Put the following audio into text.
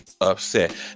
upset